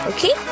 Okay